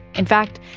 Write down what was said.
in fact,